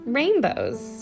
rainbows